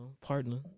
partner